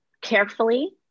carefully